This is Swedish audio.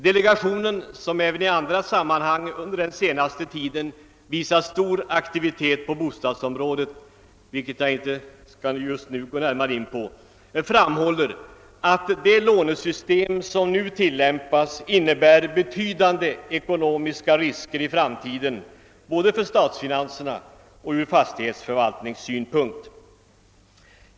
Delegationen, som även i andra sammanhang under den senaste tiden har visat stor aktivitet på bostadsområdet — vilket jag inte nu skall gå närmare in på — framhåller att det lånesystem som nu tillämpas innebär betydande ekonomiska risker i framtiden både för statsfinanserna och från fastighetsförvaltningssynpunkt.